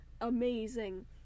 amazing